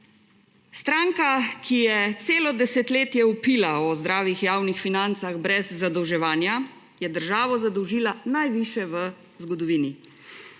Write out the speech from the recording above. Stranka, ki je celo desetletje vpila o zdravih javnih financah brez zadolževanja, je državo zadolžila najvišje v zgodovini.